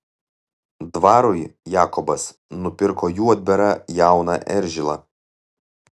dvarui jakobas nupirko juodbėrą jauną eržilą